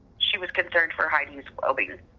she was concerned for heidi's well